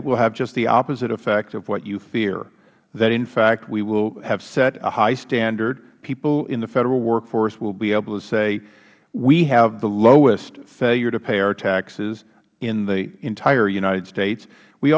it will have just the opposite effect of what you fear in fact we will have set a high standard people in the federal workforce will be able to say we have the lowest failure to pay our taxes in the entire united states we